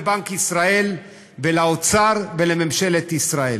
ומסר פה לבנק ישראל ולאוצר ולממשלת ישראל: